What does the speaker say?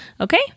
okay